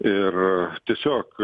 ir tiesiog